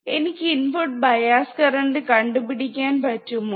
എനിക്ക് input bias current കണ്ടു പിടിക്കാൻ പറ്റുമോ